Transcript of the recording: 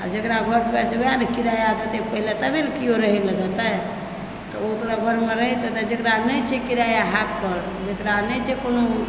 आ जेकरा घर दुआरि छै ओएह ने किराया देतै पहिने तबे ने केओ रहय ला देतै तऽ ओ तऽ ओकरा घरमे रहैत हेतय जेकरा नहि छै किराया हाथ पर जकरा नहि छै कोनो